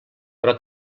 però